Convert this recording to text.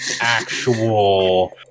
actual